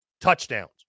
touchdowns